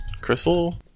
Crystal